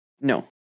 no